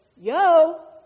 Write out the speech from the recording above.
yo